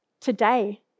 Today